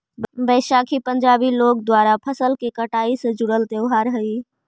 बैसाखी पंजाबी लोग द्वारा फसल के कटाई से जुड़ल त्योहार हइ